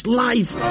life